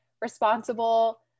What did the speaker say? responsible